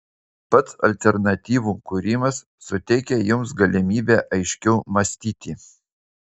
pats alternatyvų kūrimas suteikia jums galimybę aiškiau mąstyti